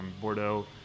Bordeaux